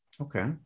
Okay